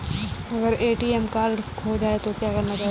अगर ATM card खो जाए तो क्या करना चाहिए?